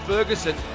Ferguson